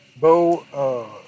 Bo